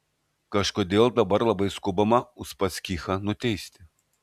kažkodėl dabar labai skubama uspaskichą nuteisti